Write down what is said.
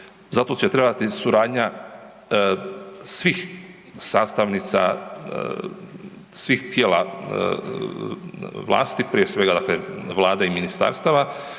Zato će trebati suradnja svih sastavnica, svih tijela vlasti, prije svega dakle vlade i ministarstava